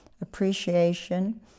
appreciation